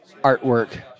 artwork